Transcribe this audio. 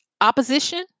opposition